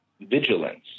vigilance